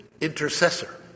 intercessor